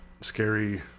scary